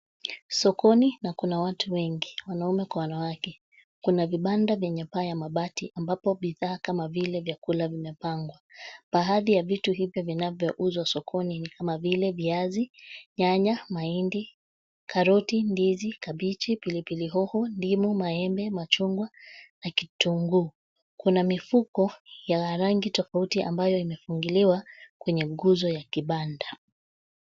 Sokoni na kuna watu wengi: wanaume kwa wanawake. Kuna vibanda vyenye paa ya mabati ambapo bidhaa kama vile vyakula vimepangwa. Baadhi ya vitu hivyo vinavyouzwa sokoni ni kama vile: viazi, nyanya, mahindi, karoti, ndizi, kabichi, pilipili hoho, ndimu, maembe, machungwa na kitunguu. Kuna mifuko ya rangi tofauti ambayo imefungiliwa kwenye nguzo ya kibanda.